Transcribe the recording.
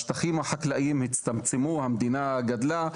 השטחים החקלאיים הצטמצמו, המדינה גדלה.